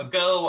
go